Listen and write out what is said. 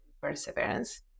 perseverance